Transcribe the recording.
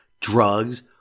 drugs